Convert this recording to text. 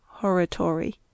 Horatory